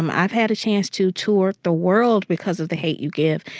um i've had a chance to tour the world because of the hate u give.